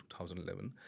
2011